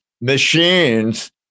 machines